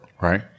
right